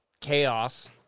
chaos